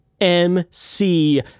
MC